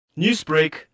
Newsbreak